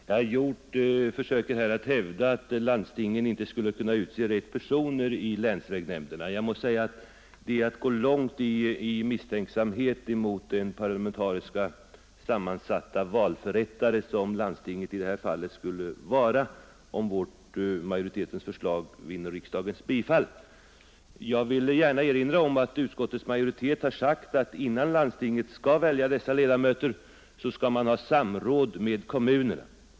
Herr talman! Herr Hjorth försöker hävda att landstinget inte skall kunna utse dessa personer i länsvägnämnderna. Jag måste säga att det är att gå långt i misstänksamhet mot den parlamentariskt sammansatta valnämnd som landstinget i detta fall skall utgöra, om majoritetens förslag vinner riksdagens bifall. Jag vill gärna erinra om att utskottets majoritet har sagt att landstinget, innan det väljer dessa ledamöter, skall har samråd med kommunerna.